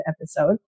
episode